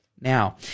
now